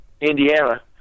Indiana